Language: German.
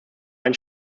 ein